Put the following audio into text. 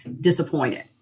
disappointed